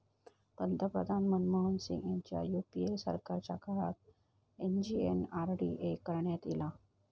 पंतप्रधान मनमोहन सिंग ह्यांच्या यूपीए सरकारच्या काळात एम.जी.एन.आर.डी.ए करण्यात ईला